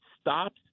stops